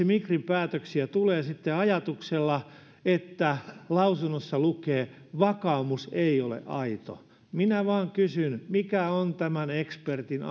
migrin päätöksiä tulee sitten ajatuksella että lausunnossa lukee vakaumus ei ole aito minä vain kysyn mikä on tämän ekspertin